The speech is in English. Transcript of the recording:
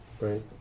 right